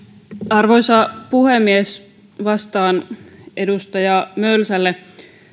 arvoisa puhemies vastaan edustaja mölsälle